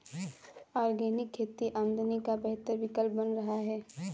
organic खेती आमदनी का बेहतर विकल्प बन रहा है